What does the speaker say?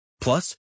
Plus